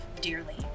dearly